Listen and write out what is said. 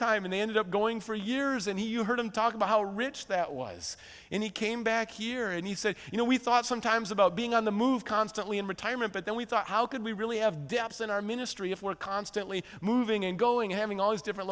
time and they ended up going for years and he you heard him talk about how rich that was and he came back here and he said you know we thought sometimes about being on the move constantly in retirement but then we thought how could we really have depth in our ministry if we're constantly moving and going having all these different